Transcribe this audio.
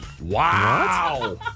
Wow